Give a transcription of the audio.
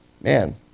man